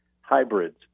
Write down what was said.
hybrids